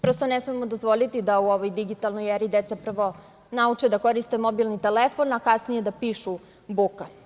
Prosto ne smemo dozvoliti da u ovoj digitalnoj eri deca prvo nauče da koriste mobilni telefon, a kasnije da pišu buka.